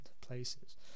places